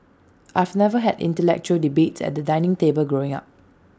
I've never had intellectual debates at the dining table growing up